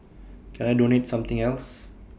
can I donate something else